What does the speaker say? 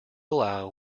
allow